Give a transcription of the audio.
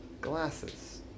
glasses